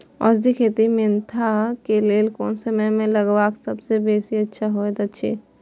औषधि खेती मेंथा के लेल कोन समय में लगवाक सबसँ बेसी अच्छा होयत अछि?